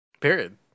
Period